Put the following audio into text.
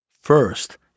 First